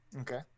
Okay